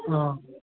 অঁ